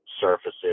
surfaces